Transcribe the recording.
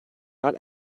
not